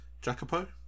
Jacopo